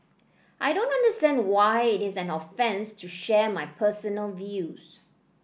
I don't understand why it is an offence to share my personal views